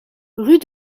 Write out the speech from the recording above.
rue